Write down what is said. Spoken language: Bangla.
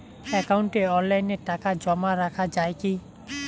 একাউন্টে অনলাইনে টাকা জমা রাখা য়ায় কি?